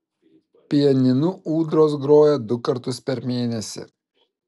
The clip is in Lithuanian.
pianinu ūdros groja du kartus per mėnesį